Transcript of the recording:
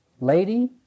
Lady